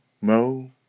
mo